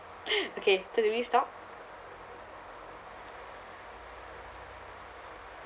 okay so do we stop